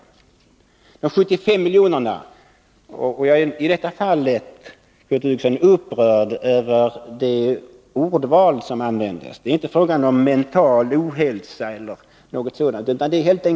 I fråga om de 75 miljonerna är Kurt Hugosson upprörd över det ordval som användes. Det är inte fråga om mental ohälsa eller något sådant.